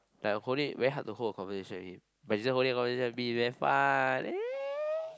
like holding very hard to hold a conversation with him she say holding a conversation with me damn fun eh